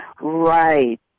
Right